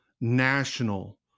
national